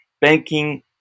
Banking